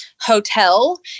hotel